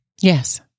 Yes